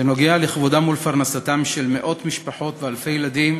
שנוגע בכבודם ובפרנסתם של מאות משפחות ואלפי ילדים